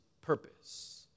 purpose